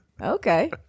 Okay